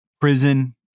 prison